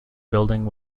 building